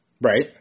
Right